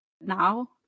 now